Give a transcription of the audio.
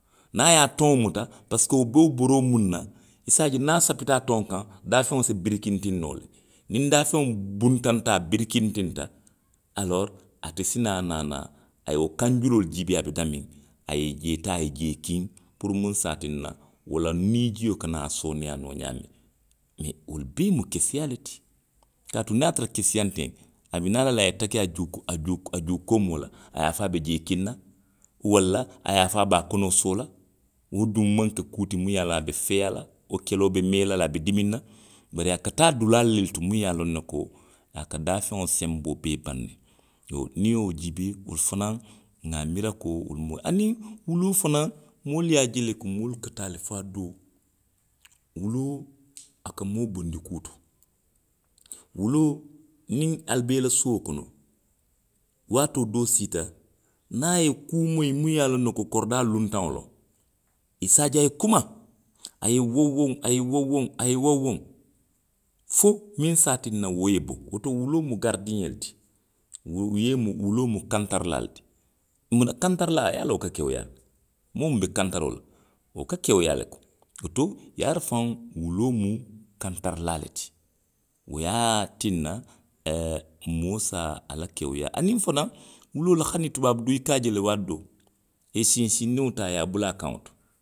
Niŋ a ye a toŋ muta. parisiko wo be wo boroo miŋ na. i se a je niŋ a sappita a toŋo kaŋ, daafeŋo se birikintiŋ noo le. Niŋ daafeŋo buŋ, buntanta a birikintinta, aloori ate si naa naanaa a ye wo kaŋ juloolu jiibee a be ňaamiŋ. a ye, a ye jee taa, a ye jee kiŋ puru miŋ se a tinna wo la niijio kana sooneyaa noo ňaamiŋ. Mee wolu bee mu keseyaa le ti. kaatu niŋ a ye a tara keseyaa nteŋ, a bi naa la le a ye takki a juu, a juu koomoo la, a ye a fo a be jee kiŋ na. Walla a ye a fo a be a kono soo la, wo duŋ maw ke kuu ti muŋ ye a loŋ a be feeyaa la. Wo keloo be mee la le, a be dimiŋ na. Bari a taa dulaalu le to minnu ye a loŋ ko a daafeŋo senboo bee baŋ ne. Iyoo niŋ i ye wo jiibee. wo fanaŋ, nŋa miira ko wolu mu, aniŋ wuloo fanaŋ, moolu ye a je le ko moolu ka taa le fo waati doo, wuloo a ka moo bondi kuu to. wuloo, niŋ ali be i la suo kono, waatoo doo siita. niŋ a ye kuu moyi. muŋ ye a loŋ ne ko koridaa luuntaŋo loŋ. i se a je a ye kuma, a ye wonwoŋ, a ye wonwoŋ, a ye wonwoŋ fo miŋ se a tinna wo ye bo. Woto wuloo mu garijiňee le ti, wuloo mu kantarilaa le ti. Muna kantarilaa ye a loŋ wo ka kewuyaa le, moo miŋ be kantaroo la. wo ka kewuyaa le ko, woto, yarafaŋ wuloo mu kantarilaa le ti. Wo ye a tinna aaa moo se a la kewuyaa, aniŋ fanaŋ, wuloo la, hani tubaabuduu, i ka a je waati doo, i ye sinsindiŋo taa, i ye a bula a kaŋo to